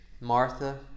Martha